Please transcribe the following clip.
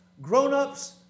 grown-ups